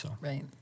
Right